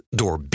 door